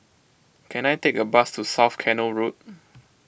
can I take a bus to South Canal Road